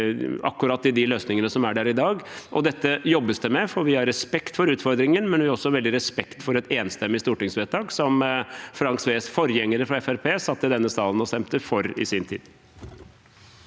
akkurat de løsningene som er der i dag. Dette jobbes det med, for vi har respekt for utfordringen, men vi har også veldig respekt for det enstemmige stortingsvedtaket som Frank Sves forgjengere fra Fremskrittspartiet satt i denne salen og stemte for i sin tid.